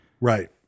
Right